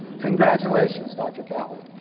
congratulations, dr. calley.